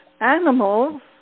animals